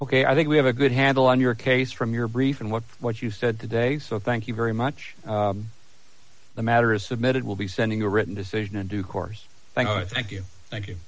ok i think we have a good handle on your case from your brief and what what you said today so thank you very much the matter is submitted will be sending a written decision in due course thank you thank you thank you